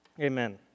Amen